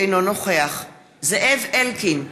אינו נוכח זאב אלקין,